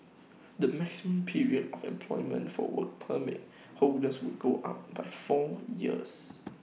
the maximum period of employment for Work Permit holders will go up by four years